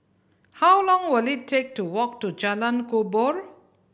how long will it take to walk to Jalan Kubor